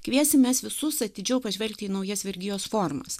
kviesim mes visus atidžiau pažvelgti į naujas vergijos formas